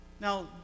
Now